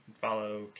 Follow